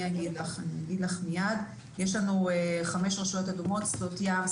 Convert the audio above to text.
אני אגיד לך מיד: יש לנו חמש רשויות אדומות שדות ים,